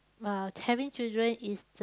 uh having children is